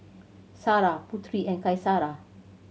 Sarah Putri and Qaisara